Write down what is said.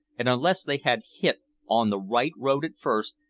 and unless they had hit on the right road at first,